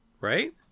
Right